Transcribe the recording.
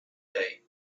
day